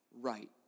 right